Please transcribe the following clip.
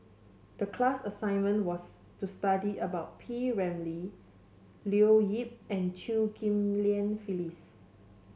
the class assignment was to study about P Ramlee Leo Yip and Chew Ghim Lian Phyllis